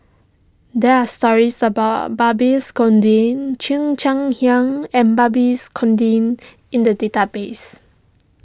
there are stories about Barbies Conde Cheo Chai Hiang and Barbies Conde in the database